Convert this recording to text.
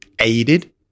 aided